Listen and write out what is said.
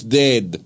dead